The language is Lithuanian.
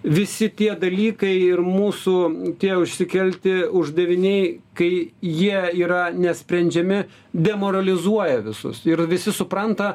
visi tie dalykai ir mūsų tie išsikelti uždaviniai kai jie yra nesprendžiami demoralizuoja visus ir visi supranta